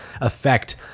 effect